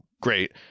great